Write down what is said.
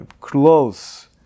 close